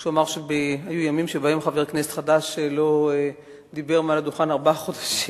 כשהוא אמר שהיו ימים שבהם חבר כנסת חדש לא דיבר מהדוכן ארבעה חודשים.